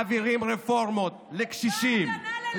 מעבירים רפורמות לקשישים,